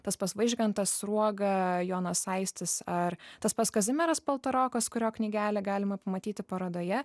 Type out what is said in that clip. tas pas vaižgantas sruoga jonas aistis ar tas pas kazimieras paltarokas kurio knygelę galima pamatyti parodoje